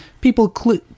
People